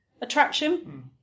attraction